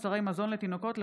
נמרץ